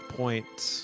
points